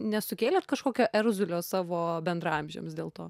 nesukėlėt kažkokio erzulio savo bendraamžiams dėl to